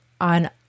on